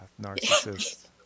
narcissist